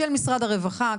של משרד הרווחה.